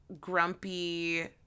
grumpy